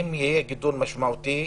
אם יהיה גידול משמעותי,